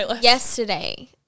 yesterday